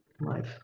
life